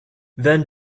then